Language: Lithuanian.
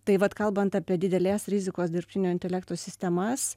tai vat kalbant apie didelės rizikos dirbtinio intelekto sistemas